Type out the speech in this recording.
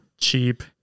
cheap